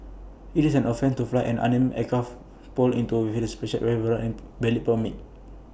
IT is an offence to fly an unmanned aircraft or into within the special event area without A valid permit